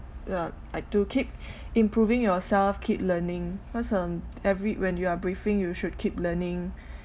yeah I to keep improving yourself keep learning cause um every when you are breathing you should keep learning